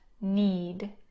need